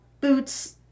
boots